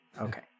Okay